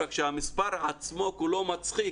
רק שהמספר עצמו כולו מצחיק,